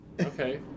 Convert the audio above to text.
Okay